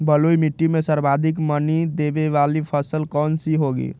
बलुई मिट्टी में सर्वाधिक मनी देने वाली फसल कौन सी होंगी?